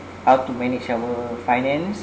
how to manage our finance